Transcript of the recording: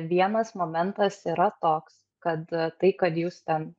vienas momentas yra toks kad tai kad jūs ten